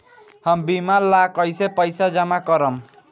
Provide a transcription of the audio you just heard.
हम बीमा ला कईसे पईसा जमा करम?